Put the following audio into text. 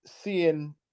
seeing